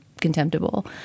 contemptible